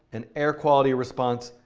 an air quality response,